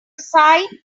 site